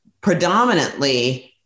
predominantly